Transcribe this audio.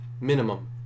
minimum